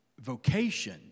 vocation